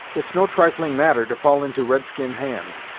it's no trifling matter to fall into red-skin hands,